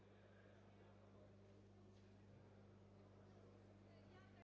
Дякую